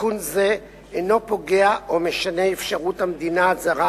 תיקון זה אינו פוגע או משנה אפשרות המדינה הזרה